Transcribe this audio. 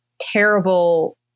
terrible